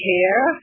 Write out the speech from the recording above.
Care